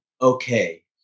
Okay